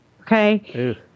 Okay